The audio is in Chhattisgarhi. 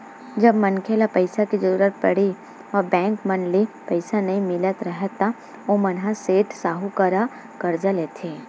जब मनखे ल पइसा के जरुरत पड़े म बेंक मन ले पइसा नइ मिलत राहय ता ओमन ह सेठ, साहूकार करा करजा लेथे